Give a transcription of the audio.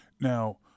Now